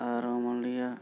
ᱟᱨ ᱢᱟᱱᱞᱤᱭᱟ